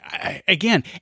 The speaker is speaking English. Again